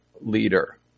leader